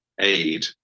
aid